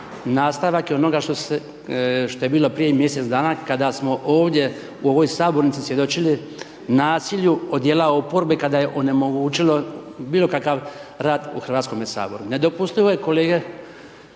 nastavak je onoga što je bilo i prije mjesec dana kada smo ovdje, u ovoj Sabornici svjedočili nasilju o dijela oporbe kada je onemogućilo bilo kakav rad u HS-u. Nedopustivo je kolege,